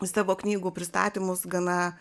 į savo knygų pristatymus gana